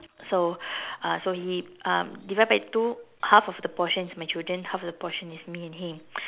so uh so he um divided by two half of the portion is my children half the portion is me and him